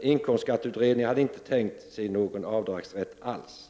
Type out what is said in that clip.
Inkomstskatteutredningen hade inte tänkt sig någon avdragsrätt alls.